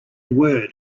word